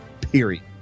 period